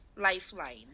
lifeline